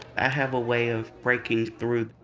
i have a way of breaking through.